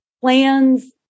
plans